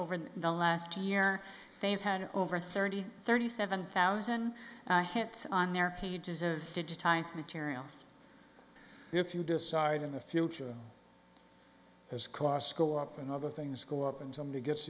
over the last year they've had over thirty thirty seven thousand i hit on their pages of digitized materials if you decide in the future as costs go up and other things go up and somebody gets